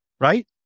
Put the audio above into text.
right